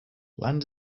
land